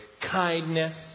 Kindness